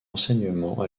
enseignement